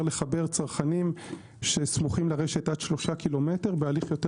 יהיה לחבר צרכנים שסמוכים לרשת עד 3 ק"מ בהליך יותר